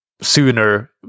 sooner